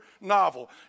novel